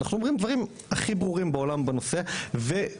אנחנו אומרים דברים הכי ברורים בעולם בנושא ומי